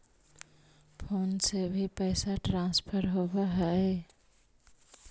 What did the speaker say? Phone से भी पैसा ट्रांसफर होवहै?